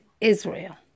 Israel